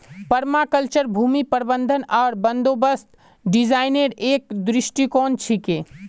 permaculture भूमि प्रबंधन आर बंदोबस्त डिजाइनेर एक दृष्टिकोण छिके